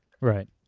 Right